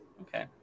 Okay